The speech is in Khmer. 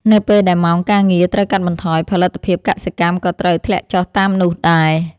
នៅពេលដែលម៉ោងការងារត្រូវកាត់បន្ថយ ផលិតភាពកសិកម្មក៏ត្រូវធ្លាក់ចុះតាមនោះដែរ។